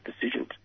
decisions